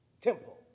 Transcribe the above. temple